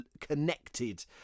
connected